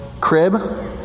crib